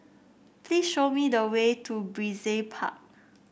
please show me the way to Brizay Park